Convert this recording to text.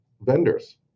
vendors